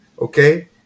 okay